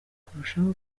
kurushaho